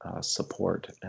support